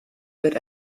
wird